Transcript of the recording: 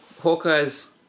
Hawkeye's